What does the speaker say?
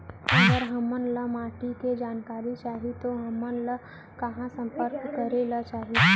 अगर हमन ला माटी के जानकारी चाही तो हमन ला कहाँ संपर्क करे ला चाही?